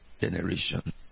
generation